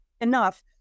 enough